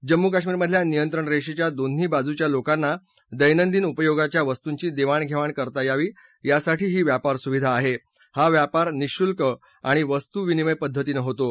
जम्मू कश्मीरमधल्या नियंत्रण रेषेच्या दोन्ही बाजूच्या लोकांना दैनंदिन उपयोगाच्या वस्तूंची देवाण घेवाण करता यावं यासाठी ही व्यापार सुविधा आहे हा व्यापार निःशुल्क आणि वस्तुविनिमय पद्धतीनं होतो